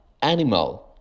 animal